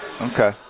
Okay